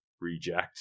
reject